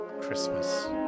Christmas